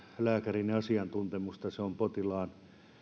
lääkärin asiantuntemusta se on potilaan